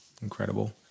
Incredible